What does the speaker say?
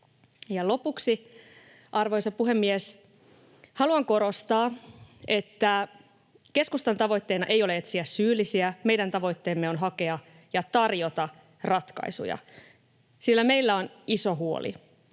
lopuksi, arvoisa puhemies, haluan korostaa, että keskustan tavoitteena ei ole etsiä syyllisiä. Meidän tavoitteemme on hakea ja tarjota ratkaisuja, sillä meillä on iso huoli.